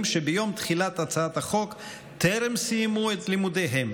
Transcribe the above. שביום תחילת הצעת החוק טרם סיימו את לימודיהם,